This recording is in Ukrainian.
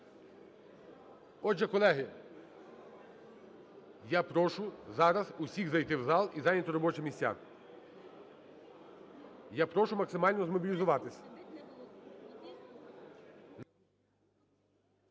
Отже, колеги, я прошу зараз всіх зайти в зал і зайняти робочі місця. Я прошу максимальнозмобілізуватись.